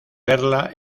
verla